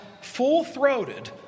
full-throated